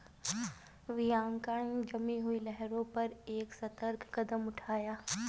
Bianca ने जमी हुई लहरों पर एक सतर्क कदम उठाया